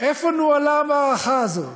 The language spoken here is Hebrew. איפה נוהלה המערכה הזאת?